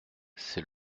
c’est